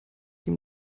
ihm